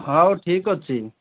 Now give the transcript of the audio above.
ହଉ ଠିକ୍ ଅଛି